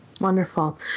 wonderful